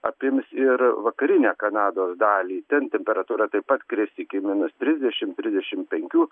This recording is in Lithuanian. apims ir vakarinę kanados dalį ten temperatūra taip pat kris iki minus trisdešimt trisdešimt penkių